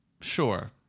sure